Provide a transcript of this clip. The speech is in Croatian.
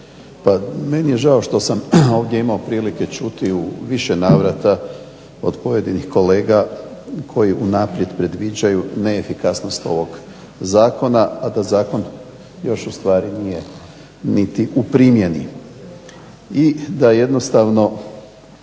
meni je žao što sam ovdje imao prilike čuti u više navrata od pojedinih kolega koji unaprijed predviđaju neefikasnost ovog zakona, a da zakon još ustvari nije niti u primjeni.